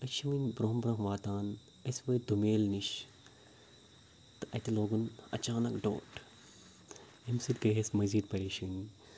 أسۍ چھِ وٕنہِ برونٛہہ برونٛہہ واتان أسۍ وٲتۍ دُمیل نِش تہٕ اَتہِ لوگُن اچانک ڈوٹھ اَمہِ سۭتۍ گٔے اَسہِ مٔزیٖد پَریشٲنی